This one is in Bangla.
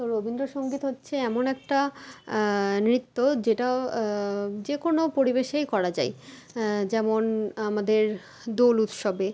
তো রবীন্দ্র সঙ্গীত হচ্ছে এমন একটা নৃত্য যেটা যে কোনো পরিবেশেই করা যায় যেমন আমাদের দোল উৎসবে